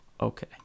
okay